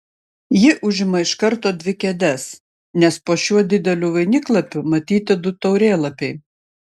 ji užima iš karto dvi kėdes nes po šiuo dideliu vainiklapiu matyti du taurėlapiai